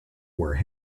were